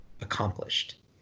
accomplished